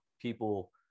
people